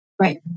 Right